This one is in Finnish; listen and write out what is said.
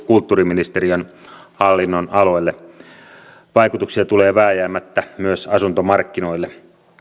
kulttuuriministeriön hallinnonaloille vaikutuksia tulee vääjäämättä myös asuntomarkkinoille